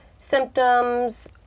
symptoms